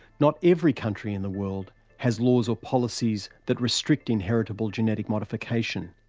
not every country in the world has laws or policies that restrict inheritable genetic modification.